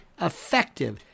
effective